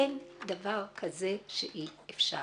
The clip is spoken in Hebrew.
אין דבר כזה שאי אפשר,